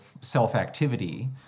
self-activity